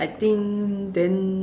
I think then